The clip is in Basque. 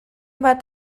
bat